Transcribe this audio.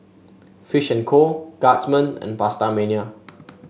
Fish and Co Guardsman and PastaMania